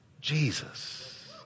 Jesus